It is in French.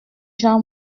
jean